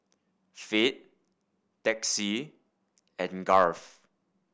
Fate Texie and Garth